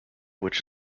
which